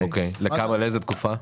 לאיזה תקופה?